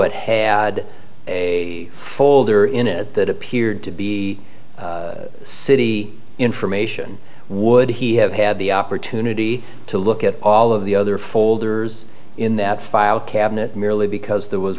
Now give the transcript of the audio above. it had a folder in it that appeared to be city information would he have had the opportunity to look at all of the other folders in that file cabinet merely because there was